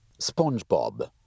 SpongeBob